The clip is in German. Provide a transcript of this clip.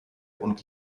und